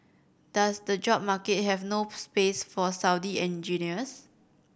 does the job market have no space for Saudi engineers